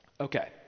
Okay